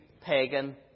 pagan